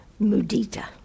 mudita